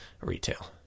retail